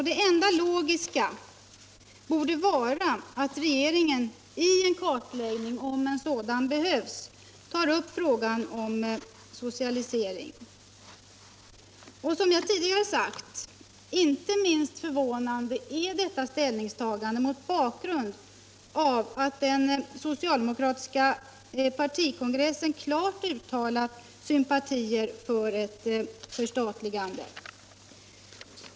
Det enda logiska borde vara att regeringen i en kartläggning, om en sådan behövs, tar upp frågan om socialisering. Som jag tidigare sagt: Inte minst förvånande är detta ställningstagande mot bakgrund av att den socialdemokratiska partikongressen klart uttalar sympatier för förstatligande.